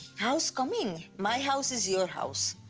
house coming! my house is your house.